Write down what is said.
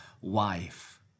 wife